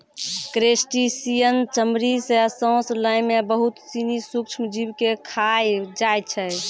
crustacean चमड़ी सें सांस लै में बहुत सिनी सूक्ष्म जीव के खाय जाय छै